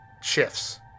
shifts